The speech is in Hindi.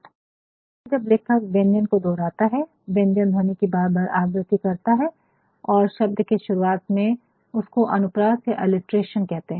प्रायः जब लेखक व्यंजन को दोहराता है व्यंजन ध्वनि की बार बार आवृति करता है शब्द के शुरुआत में इसको अनुप्रास या अलिटेरशन कहते है